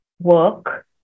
work